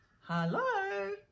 Hello